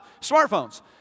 Smartphones